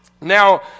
Now